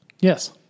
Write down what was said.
Yes